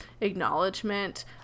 acknowledgement